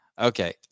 okay